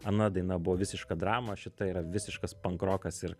ana daina buvo visiška drama o šita yra visiškas pankrokas ir